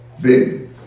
big